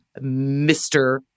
Mr